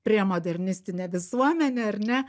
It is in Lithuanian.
prie modernistinę visuomenę ar ne